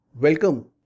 welcome